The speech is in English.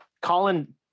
Colin